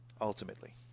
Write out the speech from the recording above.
Ultimately